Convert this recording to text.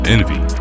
Envy